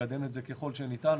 לקדם את זה ככל שניתן.